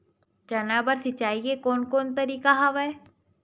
चना बर सिंचाई के कोन कोन तरीका हवय?